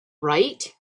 write